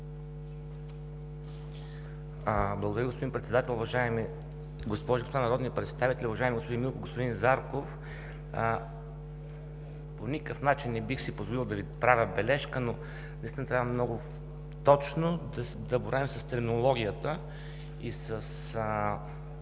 Благодаря, господин Председател. Уважаеми госпожи и господа народни представители! Уважаеми господин Милков, господин Зарков! По никакъв начин не бих си позволил да Ви правя бележка, но наистина трябва много точно да боравим с терминологията и с